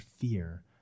fear